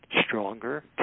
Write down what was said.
stronger